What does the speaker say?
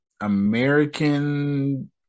American